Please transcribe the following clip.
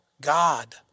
God